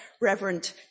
Reverend